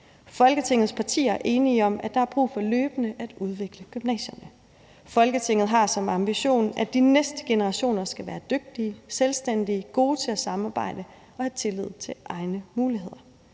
Folketingets partier er enige om, at der er brug for løbende at udvikle gymnasierne. Folketinget har som ambition, at de næste generationer skal være dygtige, selvstændige, gode til at samarbejde og have tillid til egne muligheder.